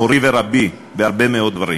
מורי ורבי בהרבה מאוד דברים.